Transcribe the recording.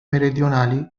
meridionali